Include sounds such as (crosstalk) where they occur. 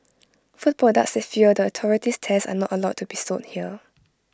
food products that fail the authority's tests (unintelligible) are not allowed to be sold here